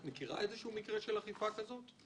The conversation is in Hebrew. את מכירה איזה שהוא מקרה של אכיפה כזאת?